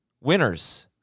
winners